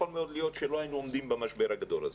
יכול להיות שלא היינו עומדים במשבר הגדול הזה.